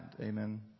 Amen